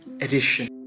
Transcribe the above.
edition